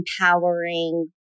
empowering